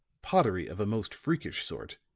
pottery of a most freakish sort,